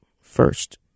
first